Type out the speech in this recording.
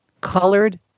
colored